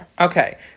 Okay